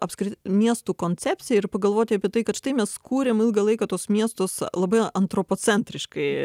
apskritai miestų koncepciją ir pagalvoti apie tai kad štai mes kūrėm ilgą laiką tuos miestus labai antropocentriškai